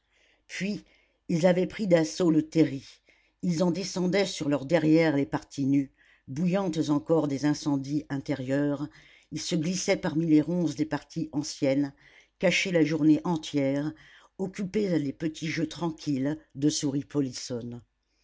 puis ils avaient pris d'assaut le terri ils en descendaient sur leur derrière les parties nues bouillantes encore des incendies intérieurs ils se glissaient parmi les ronces des parties anciennes cachés la journée entière occupés à des petits jeux tranquilles de souris polissonnes